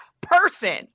person